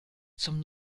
zum